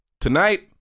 Tonight